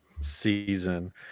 season